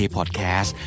Podcast